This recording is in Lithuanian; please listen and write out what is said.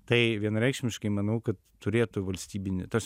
tai vienareikšmiškai manau kad turėtų valstybinį tas